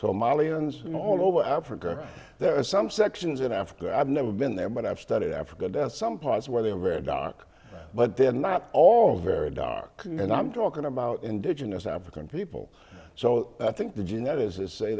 know all over africa there are some sections of africa i've never been there but i've studied africa death some parts where they were very dark but they're not all very dark and i'm talking about indigenous african people so i think the geneticists say